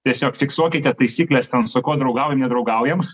tiesiog fiksuokite taisykles ten su kuo draugaujam nedraugaujam